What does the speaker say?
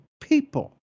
people